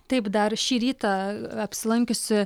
taip dar šį rytą apsilankiusi